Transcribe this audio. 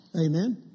Amen